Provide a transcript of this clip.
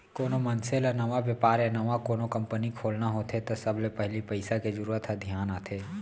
कोनो मनसे ल नवा बेपार या नवा कोनो कंपनी खोलना होथे त सबले पहिली पइसा के जरूरत ह धियान आथे